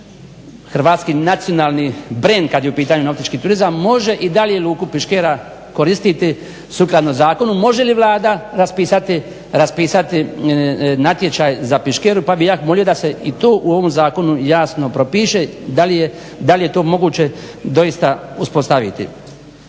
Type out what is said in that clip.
Hrvatski nacionalni brend kad je u pitanju nautički turizam može i dalje luku Piškera koristiti sukladno zakonu, može li Vlada raspisati natječaj za Piškeru pa bi ja molio da se i to u ovom zakonu jasno propiše da li je to moguće doista uspostaviti.